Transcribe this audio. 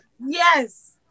Yes